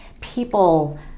people